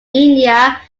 india